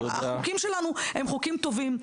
החוקים שלנו הם חוקים טובים,